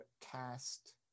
cast